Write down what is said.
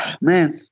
Man